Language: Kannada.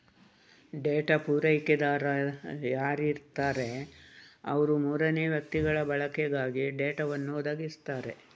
ಡೇಟಾ ಪೂರೈಕೆದಾರ ಯಾರಿರ್ತಾರೆ ಅವ್ರು ಮೂರನೇ ವ್ಯಕ್ತಿಗಳ ಬಳಕೆಗಾಗಿ ಡೇಟಾವನ್ನು ಒದಗಿಸ್ತಾರೆ